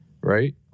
right